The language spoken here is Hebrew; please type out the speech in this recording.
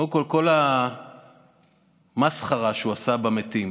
קודם כול, כל המסחרה שהוא עשה במתים.